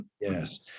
Yes